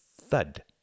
thud